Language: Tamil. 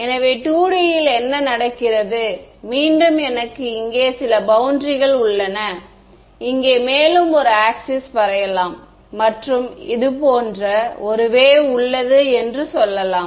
எனவே 2D இல் என்ன நடக்கிறது மீண்டும் எனக்கு இங்கே சில பௌண்டரிகள் உள்ளன இங்கே மேலும் ஒரு ஆக்ஸிஸ் வரையலாம் மற்றும் இது போன்ற ஒரு வேவ் உள்ளது என்று சொல்லலாம்